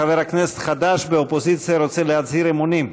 חבר כנסת חדש באופוזיציה רוצה להצהיר אמונים.